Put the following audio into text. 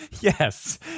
Yes